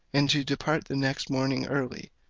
and to depart the next morning early,